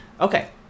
Okay